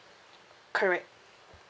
correct